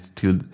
till